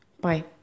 Bye